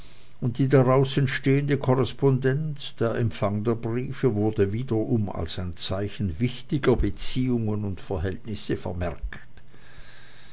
und die daraus entstehende korrespondenz der empfang der briefe wurde wiederum als ein zeichen wichtiger beziehungen und verhältnisse vermerkt